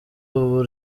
ubu